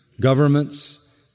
governments